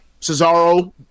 Cesaro